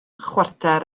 chwarter